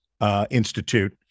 Institute